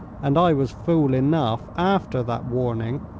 and i was fool enough, after that warning,